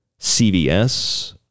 CVS